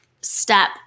step